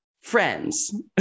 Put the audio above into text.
friends